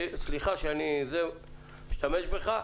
סליחה שאני משתמש בך,